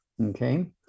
Okay